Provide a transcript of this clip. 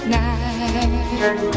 night